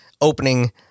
opening